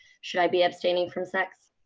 should i be abstaining from sex?